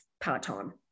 part-time